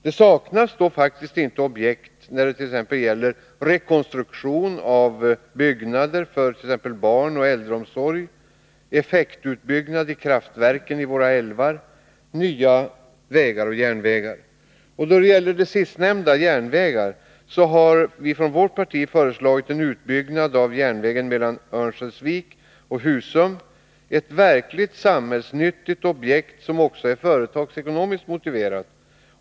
Det saknas faktiskt inte objekt när det gäller t.ex. rekonstruktion av byggnader för t.ex. barnoch äldreomsorg, effektutbyggnad i kraftverken i våra älvar, nya vägar och järnvägar. Då det gäller det sistnämnda — järnvägar — har vårt parti föreslagit en utbyggnad av järnvägen mellan Örnsköldsvik och Husum — ett verkligt samhällsnyttigt objekt som också är företagsekonomiskt motiverat.